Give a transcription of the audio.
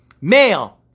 male